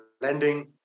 lending